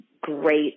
great